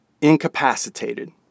incapacitated